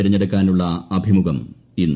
തിരഞ്ഞെടുക്കാനുള്ള അഭിമുഖം ഇന്ന്